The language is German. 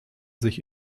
sich